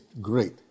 great